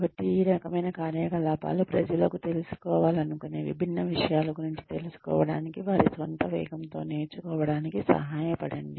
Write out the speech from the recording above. కాబట్టి ఈ రకమైన కార్యక్రమాలు ప్రజలకు తెలుసుకోవాలనుకునే విభిన్న విషయాల గురించి తెలుసుకోవడానికి వారి స్వంత వేగంతో నేర్చుకోవడానికి సహాయపడండి